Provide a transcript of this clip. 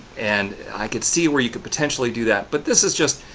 and i could see where you could potentially do that but this is just,